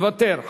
מוותר,